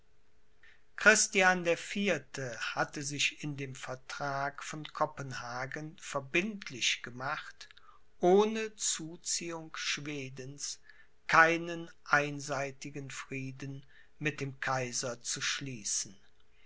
christian der vierte hatte sich in dem vertrag von kopenhagen verbindlich gemacht ohne zuziehung schwedens keinen einseitigen frieden mit dem kaiser zu schließen